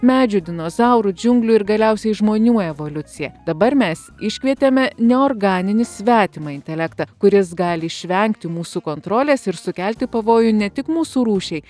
medžių dinozaurų džiunglių ir galiausiai žmonių evoliuciją dabar mes iškvietėme neorganinį svetimą intelektą kuris gali išvengti mūsų kontrolės ir sukelti pavojų ne tik mūsų rūšiai